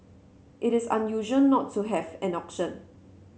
it is unusual not to have an auction